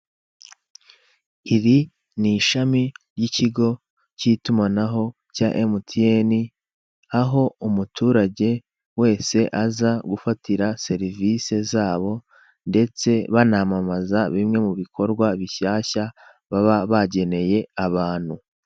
Iri ni ishami ry'ikigo k'itumanaho cya emutiyene aho umuturage wese aza gufatira serivise zabo, ndetse banamamaza bimwe mu bikorwa bishyashya baba bageneye abantu.